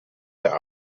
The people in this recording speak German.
der